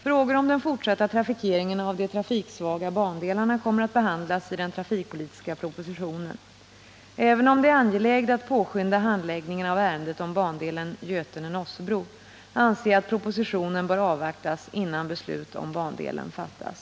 Frågor om den fortsatta trafikeringen av de trafiksvaga bandelarna kommer att behandlas i den trafikpolitiska propositionen. Även om det är angeläget att påskynda handläggningen av ärendet om bandelen Götene-Nossebro, anser jag att propositionen bör avvaktas, innan beslut om bandelen fattas.